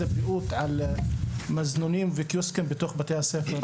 הבריאות על מזנונים וקיוסקים בתוך בתי הספר.